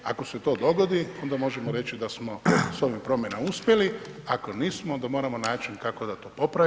Ako se to dogodi onda možemo reći da smo s ovim promjenama uspjeli ako nismo onda moramo naći kako da to popravimo.